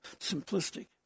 simplistic